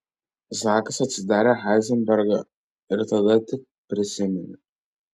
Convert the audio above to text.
zakas apsidairė heizenbergo ir tik tada prisiminė